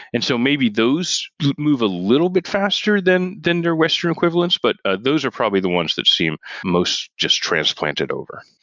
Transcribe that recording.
and so maybe those move a little bit faster than than their western equivalents, but ah those are probably the ones that seem most just transplanted over.